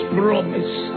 promise